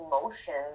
emotions